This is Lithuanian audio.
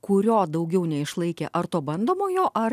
kurio daugiau neišlaikė ar to bandomojo ar